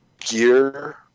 gear